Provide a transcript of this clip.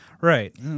Right